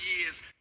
years